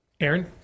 Aaron